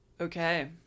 Okay